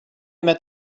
met